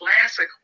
classic